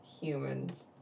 humans